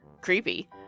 creepy